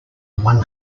one